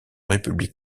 république